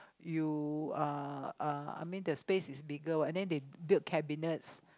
you uh uh I mean the space is bigger what and then they built cabinets